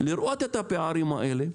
לראות את הפערים האלה,